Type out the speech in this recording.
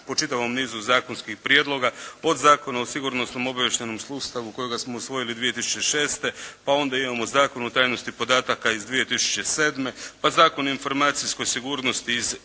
po čitavom nizu zakonskih prijedloga od Zakona o sigurnosno obavještajnom sustavu kojega smo usvojili 2006. pa onda imamo Zakon o tajnosti podataka iz 2007. pa Zakon o informacijskoj sigurnosti iz